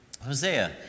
Hosea